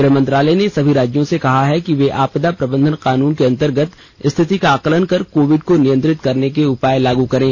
गृह मंत्रालय ने सभी राज्यों से कहा है कि वे आपदा प्रबंधन कानून के अंतर्गत स्थिति का आकलन कर कोविड को नियंत्रित करने के उपाय लागू करें